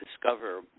discover